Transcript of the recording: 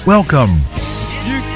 Welcome